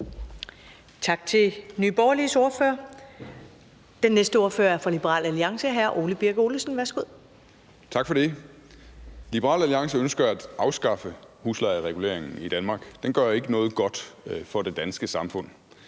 Tak til Nye Borgerliges ordfører. Den næste ordfører er fra Liberal Alliance. Hr. Ole Birk Olesen, værsgo. Kl. 17:53 (Ordfører) Ole Birk Olesen (LA): Tak for det. Liberal Alliance ønsker at afskaffe huslejereguleringen i Danmark; den gør ikke noget godt for det danske samfund.